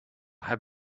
have